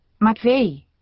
Matvey